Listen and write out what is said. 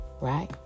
right